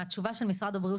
מהתשובה של משרד הבריאות,